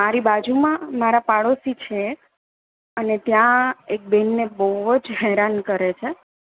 મારી બાજુમાં મારા પાડોશી છે અને ત્યાં એક બેહેનને બહુ જ હેરાન કરે છે